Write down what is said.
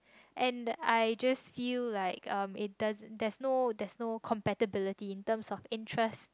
and I just feel like um it doesn't there's no there's no compatibility in terms of interest